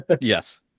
yes